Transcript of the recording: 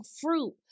fruit